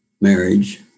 marriage